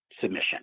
submission